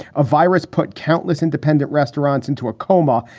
a virus put countless independent restaurants into a coma.